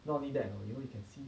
not only that you know you can see